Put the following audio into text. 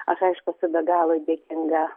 aš aišku esu be galo dėkinga